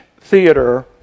theater